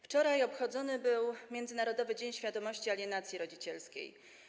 Wczoraj obchodzony był międzynarodowy Dzień Świadomości Alienacji Rodzicielskiej.